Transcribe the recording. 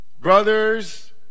Brothers